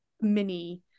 mini